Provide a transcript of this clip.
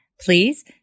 Please